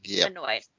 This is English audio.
annoyed